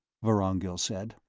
vorongil said.